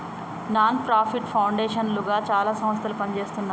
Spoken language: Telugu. నాన్ ప్రాఫిట్ పౌండేషన్ లుగా చాలా సంస్థలు పనిజేస్తున్నాయి